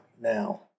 now